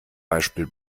beispiel